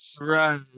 Right